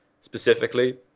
specifically